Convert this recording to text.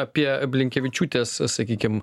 apie blinkevičiūtės sakykime